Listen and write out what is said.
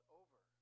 over